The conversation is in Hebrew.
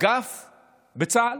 אגף בצה"ל?